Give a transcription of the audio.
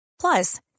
Plus